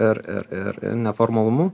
ir ir ir ir neformalumu